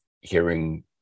hearing